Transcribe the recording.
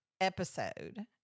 episode